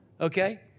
Okay